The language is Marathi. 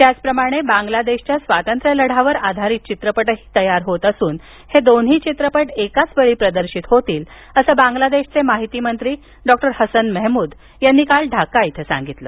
त्याचप्रमाणे बांगलादेशाच्या स्वातंत्र्य लढ्यावर आधारित चित्रपटही तयार होत असून दोन्ही चित्रपट एकाच वेळी प्रदर्शित होतील असं बांगलादेशचे माहितीमंत्री डॉक्टर हसन मेहमूद यांनी काल ढाका इथं सांगितलं